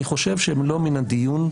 אני חושב שהם לא מן הדיון,